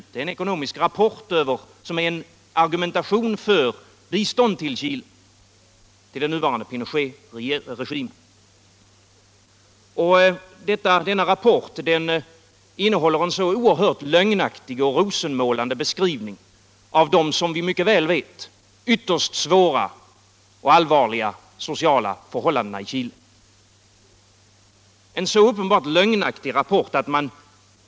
Det är en ekonomisk rapport som utgör en argumentation för bistånd till Chile, till den nuvarande Pinochetregimen. Denna rapport innehåller en lögnaktig och rosenmålande beskrivning av de, som vi mycket väl vet, ytterst svåra och allvarliga sociala förhållandena i Chile. Det är en uppenbart lögnaktig rapport.